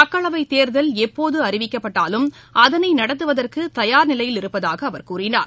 மக்களவைத் தேர்தல் எப்போது அறிவிக்கப்பட்டாலும் அதனை நடத்துவதற்கு தயார் நிலையில் இருப்பதாக அவர் கூறினார்